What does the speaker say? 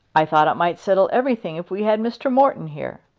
i thought it might settle everything if we had mr. morton here.